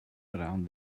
around